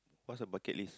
what's your bucket list